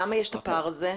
למה יש את הפער הזה?